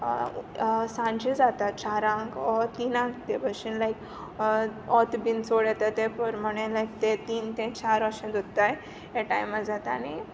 सांचे जाता चारांक वो तिनाकं ते भशेन लायक वोत बी चोड येता ते पोरमाणे लायक ते तीन ते चार ओशें धोत्ताय ह्या टायमा जाता आनी